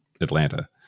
Atlanta